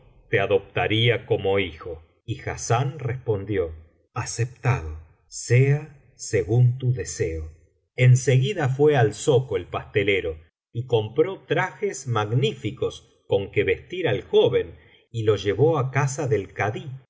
te adoptaría como hijo y hassán respondió aceptado sea según tu deseo en seguida fué al zoco el pastelero y compró trajes magníficos con que vestir al joven y lo llevó á casa del